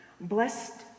Blessed